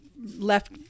left